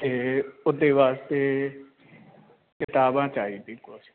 ਤੇ ਉਹਦੇ ਵਾਸਤੇ ਕਿਤਾਬਾਂ ਚਾਹੀਦੀ ਕੁਛ